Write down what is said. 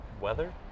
Weather